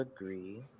agree